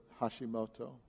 Hashimoto